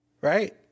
Right